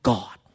God